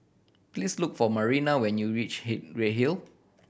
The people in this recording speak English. please look for Marina when you reach he Redhill